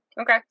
Okay